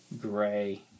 gray